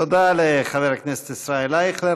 תודה לחבר הכנסת ישראל אייכלר.